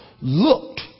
looked